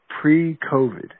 pre-COVID